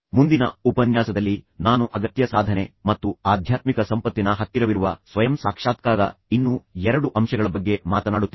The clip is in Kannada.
ಮುಂದಿನ ಉಪನ್ಯಾಸದಲ್ಲಿ ನಾನು ಅಗತ್ಯ ಸಾಧನೆ ಮತ್ತು ಆಧ್ಯಾತ್ಮಿಕ ಸಂಪತ್ತಿನ ಹತ್ತಿರವಿರುವ ಸ್ವಯಂ ಸಾಕ್ಷಾತ್ಕಾರದ ಇನ್ನೂ 2 ಅಂಶಗಳ ಬಗ್ಗೆ ಮಾತನಾಡುತ್ತೇನೆ